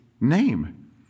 name